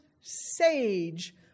sage